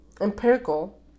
empirical